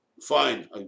Fine